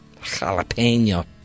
Jalapeno